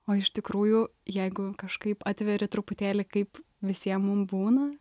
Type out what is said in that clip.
o iš tikrųjų jeigu kažkaip atveri truputėlį kaip visiem mum būna